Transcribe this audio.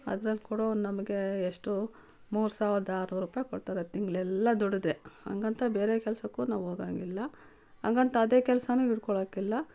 ಅದ್ರಲ್ಲಿ ಕೊಡೋ ನಮಗೆ ಎಷ್ಟೋ ಮೂರು ಸಾವಿರ್ದ ಆರ್ನೂರ್ರುಪಾಯಿ ಕೊಡ್ತಾರೆ ತಿಂಗಳೆಲ್ಲ ದುಡಿದ್ರೆ ಹಂಗಂತೆ ಬೇರೆ ಕೆಲಸಕ್ಕೂ ನಾವು ಹೋಗೊಂಗಿಲ್ಲ ಹಂಗಂತೆ ಅದೇ ಕೆಲಸವೂ ಹಿಡ್ಕೊಳೋಕಿಲ್ಲ